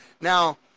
Now